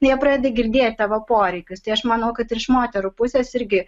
jie pradedi girdėt tavo poreikius tai aš manau kad iš moterų pusės irgi